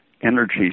energy